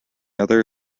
other